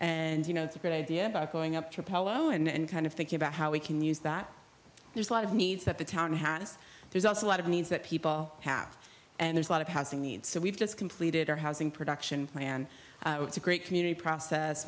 and you know it's a good idea of going up to apollo and kind of thinking about how we can use that there's a lot of needs that the town has there's also a lot of needs that people have and there's a lot of housing needs so we've just completed our housing production and it's a great community process